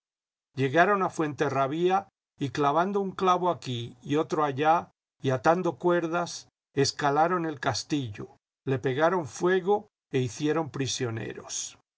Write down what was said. llegaron a fuenterrabía y clavando un clavo aquí y otro allá y atando cuerdas escalaron el castillo le pegaron fuego e hicieron prisioneros